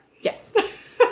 Yes